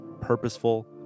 purposeful